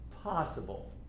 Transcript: Possible